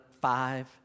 five